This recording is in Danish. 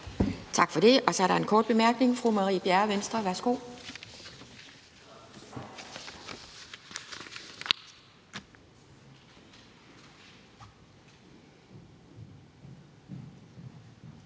Tak for det. Og så er der en kort bemærkning fra fru Marie Bjerre, Venstre. Værsgo.